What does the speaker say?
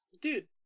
Dude